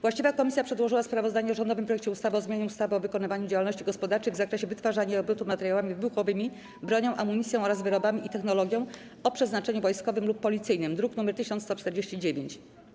Właściwa komisja przedłożyła sprawozdanie o rządowym projekcie ustawy o zmianie ustawy o wykonywaniu działalności gospodarczej w zakresie wytwarzania i obrotu materiałami wybuchowymi, bronią, amunicją oraz wyrobami i technologią o przeznaczeniu wojskowym lub policyjnym, druk nr 1149.